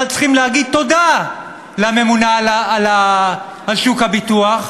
צריכים להגיד תודה לממונה על שוק הביטוח,